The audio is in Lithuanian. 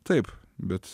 taip bet